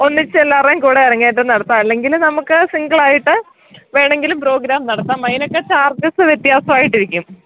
ഒന്നിച്ചെല്ലാവരുടെയും കൂടെ അരങ്ങേറ്റം നടത്താം അല്ലെങ്കില് നമുക്ക് സിംഗിളായിട്ട് വേണമെങ്കിലും പ്രോഗ്രാം നടത്താം അതിനൊക്കെ ചാർജ്സ് വ്യത്യാസമായിട്ടിരിക്കും